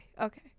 okay